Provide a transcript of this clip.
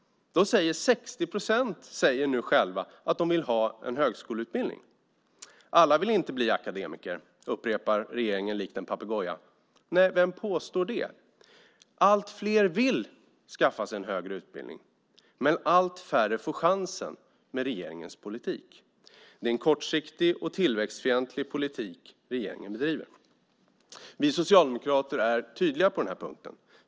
Av dem säger 60 procent att de vill ha en högskoleutbildning. Inte alla vill bli akademiker, upprepar regeringen likt en papegoja. Vem påstår det? Allt fler vill skaffa sig en högre utbildning, men allt färre får chansen med regeringens politik. Det är en kortsiktig och tillväxtfientlig politik som regeringen bedriver. Vi socialdemokrater är tydliga på den här punkten.